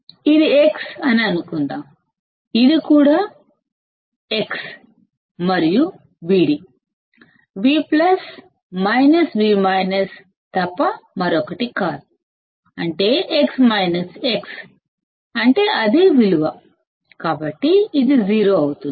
ఇది X అని అనుకుందాం ఇది కూడా Xమరియు Vd V V తప్ప మరొకటి కాదు అంటే X X అంటే అదే విలువ కాబట్టి ఇది సున్నా అవుతుంది